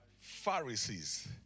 Pharisees